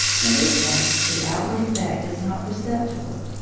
in this way the outward effect is not perceptible.